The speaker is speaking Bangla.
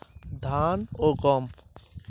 ফল আর্মি ওয়ার্ম কোন চাষের ফসল বেশি নষ্ট করে?